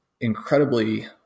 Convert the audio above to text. incredibly